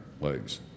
legs